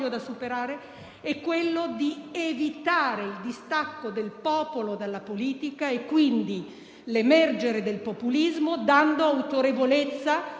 da superare? È quello di evitare il distacco del popolo dalla politica e, quindi, l'emergere del populismo, dando autorevolezza